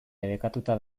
debekatuta